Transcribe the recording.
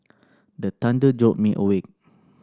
the thunder jolt me awake